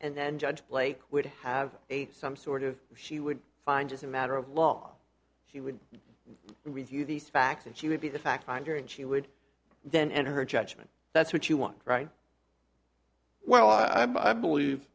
and then judge play would have some sort of she would find just a matter of law she would review these facts and she would be the fact finder and she would then and her judgment that's what you want right well i believe